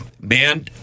man